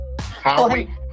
Howie